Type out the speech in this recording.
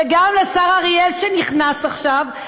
וגם לשר אריאל, שנכנס עכשיו.